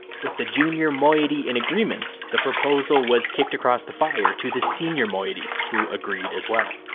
with the junior moiety in agreement, the proposal was kicked across the fire to the senior moiety, who agreed as well.